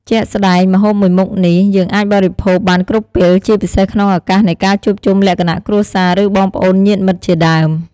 ជាក់ស្ដែងម្ហូបមួយមុខនេះ យើងអាចបរិភោគបានគ្រប់ពេល ជាពិសេសក្នុងឱកាសនៃការជួបជុំលក្ខណៈគ្រួសារ ឬបងប្អូនញាតិមិត្តជាដើម។